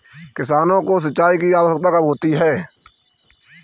किसानों को सिंचाई की आवश्यकता कब होती है?